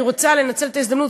אני רוצה לנצל את ההזדמנות,